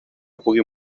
puguin